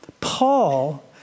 Paul